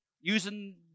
using